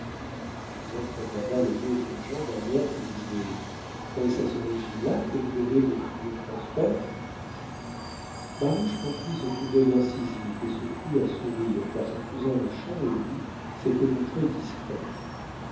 joseph regarda les deux jeunes gens d'un air qui disait est-ce à ce régime là que vous devez vos figures prospères baruch comprit ce coup d'œil incisif et se prit à sourire car son cousin hochon et lui s'étaient montrés discrets